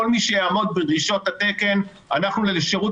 כל מי שיעמוד בדרישות התקן אנחנו לשירות